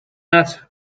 nut